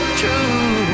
true